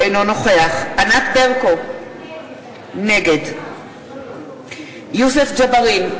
אינו נוכח ענת ברקו, נגד יוסף ג'בארין,